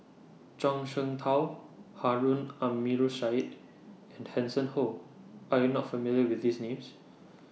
Zhuang Shengtao Harun Aminurrashid and Hanson Ho Are YOU not familiar with These Names